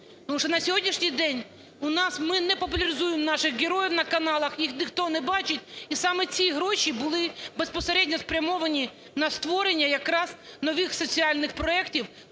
тому що на сьогоднішній день у нас ми не популяризуємо наших героїв на каналах, їх ніхто не бачить, і саме ці гроші були безпосередньо спрямовані на створення якраз нових соціальних проектів,